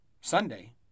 Sunday